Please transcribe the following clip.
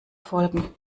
folgen